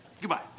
Goodbye